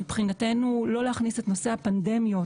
מבחינתנו לא להכניס את נושא הפנדמיות,